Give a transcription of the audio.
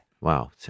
Wow